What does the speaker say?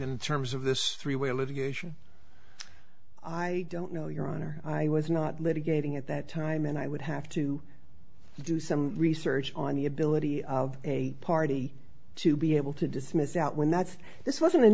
in terms of this three way litigation i don't know your honor i was not litigating at that time and i would have to do some research on the ability of a party to be able to dismiss out when that's this wasn't an